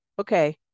okay